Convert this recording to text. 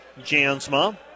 Jansma